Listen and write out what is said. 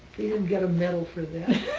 you didn't get a medal for that.